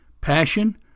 passion